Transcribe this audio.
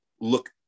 look